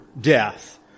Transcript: death